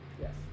Yes